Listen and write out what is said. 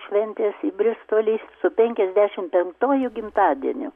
šventės į bristolį su penkiasdešimt penktuoju gimtadieniu